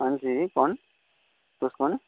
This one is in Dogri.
हां जी कौन तुस कौन